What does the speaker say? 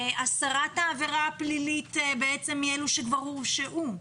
להסרת העבירה הפלילית מאלו שכבר הורשעו?